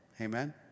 Amen